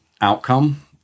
outcome